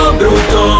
brutto